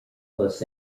los